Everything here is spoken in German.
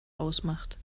ausmacht